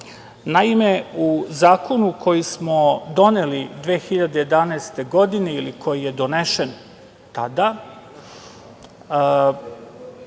način. Naime, u zakonu koji smo doneli 2011. godine, ili koji je donesen tada,